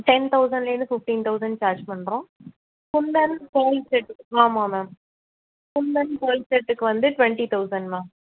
ten தௌசண்ட்லேருந்து fifteen thousand charge பண்ணுறோம் Kundan pearl செட்க்கு ஆமாம் மேம் குந்தன் பேர்ல் செட்டுக்கு வந்து ட்வெண்டி தௌசண்ட் மேம்